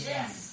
Yes